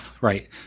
Right